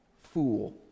Fool